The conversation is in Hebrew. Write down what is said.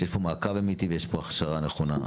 שיש פה מעקב אמיתי ויש פה הכשרה נכונה.